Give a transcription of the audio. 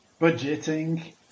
budgeting